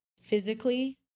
physically